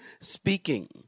Speaking